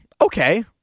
okay